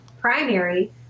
primary